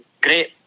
great